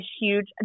huge